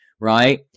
right